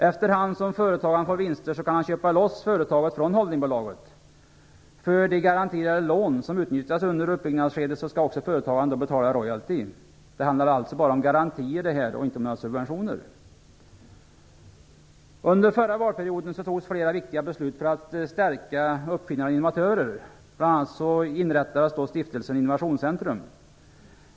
Efter hand som företagaren får vinster kan han köpa loss företaget från holdingbolaget. För de garanterade lån som utnyttjats under uppbyggnadsskedet skall företagaren också betala royalty. Detta handlar alltså bara om garantier och inte om några subventioner. Under den förra valperioden fattades flera viktiga beslut för att stärka uppfinnare och innovatörer. Bl.a. inrättades Stiftelsen innovationscentrum.